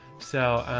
so,